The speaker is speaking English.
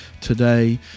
today